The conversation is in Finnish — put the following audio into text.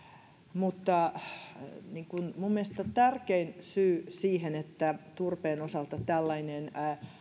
mutta minun mielestäni tärkein syy siihen että turpeen osalta tällainen